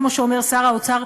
כמו שאומר שר האוצר,